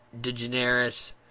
DeGeneres